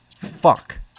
Fuck